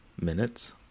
minutes